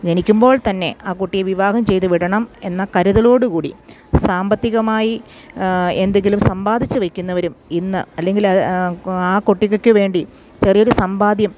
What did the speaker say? എനിക്കുമ്പോൾ തന്നെ ആ കുട്ടിയെ വിവാഹം ചെയ്തു വിടണം എന്ന കരുതലോടുകൂടി സാമ്പത്തികമായി എന്തെങ്കിലും സമ്പാദിച്ച് വെക്കുന്നവരും ഇന്ന് അല്ലെങ്കിൽ ആ കുട്ടിക്ക് വേണ്ടി ചെറിയൊരു സമ്പാദ്യം